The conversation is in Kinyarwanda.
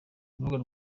urubuga